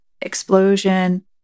explosion